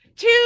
Two